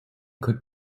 could